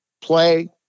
play